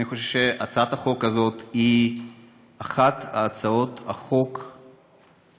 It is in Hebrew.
אני חושב שהצעת החוק הזאת היא אחת מהצעות החוק החשובות,